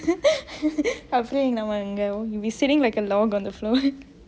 அப்டி நம்ம இங்க:apdi namme ingge we sitting like a log on the floor